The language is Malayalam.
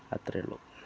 അത്രയേയുള്ളൂ